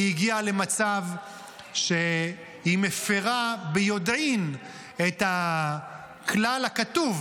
היא הגיעה למצב שהיא מפירה ביודעין את הכלל הכתוב,